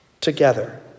together